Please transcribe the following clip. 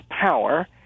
power